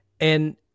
And-